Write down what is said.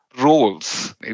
roles